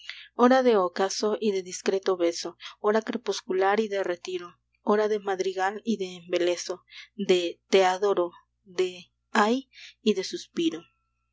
hora de ocaso y de discreto beso hora crepuscular y de retiro hora de madrigal y de embeleso de te adoro de ay y de suspiro